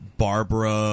Barbara